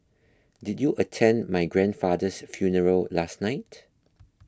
did you attend my grandfather's funeral last night